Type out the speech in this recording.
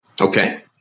Okay